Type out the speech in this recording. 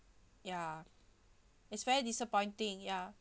ya it's very disappointing ya